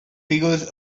figures